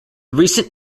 recent